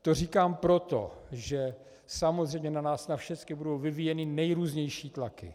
To říkám proto, že samozřejmě na nás na všecky budou vyvíjeny nejrůznější tlaky.